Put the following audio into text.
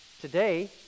Today